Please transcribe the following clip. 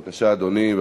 בבקשה, אדוני.